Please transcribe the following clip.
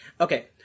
okay